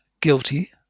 guilty